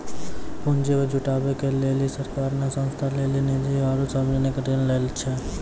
पुन्जी जुटावे के लेली सरकार ने संस्था के लेली निजी आरू सर्वजनिक ऋण लै छै